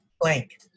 blank